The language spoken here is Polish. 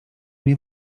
nie